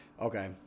Okay